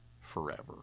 forever